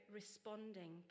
responding